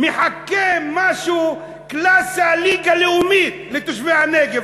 מחכה משהו, קלאסה, ליגה לאומית לתושבי הנגב.